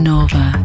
Nova